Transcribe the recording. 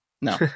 no